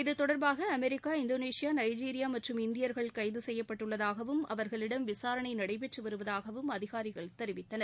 இத்தொடர்பாக America Indonesia Nigeria மற்றம் இந்தியர்கள் கைது செய்யப்பட்டுள்ளதாகவும் அவர்களிடம் விசாரனை நடைபெற்று வருவதாகவும் அதிகாரிகள் தெரிவித்தனர்